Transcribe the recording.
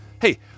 Hey